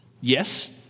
Yes